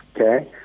Okay